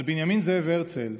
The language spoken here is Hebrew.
על בנימין זאב הרצל,